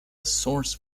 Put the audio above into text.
source